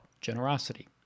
generosity